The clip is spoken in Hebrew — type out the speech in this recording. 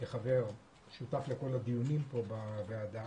כחבר הוועדה הייתי שותף לכל הדיונים פה בוועדה.